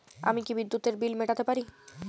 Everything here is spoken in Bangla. আমি কি বিদ্যুতের বিল মেটাতে পারি?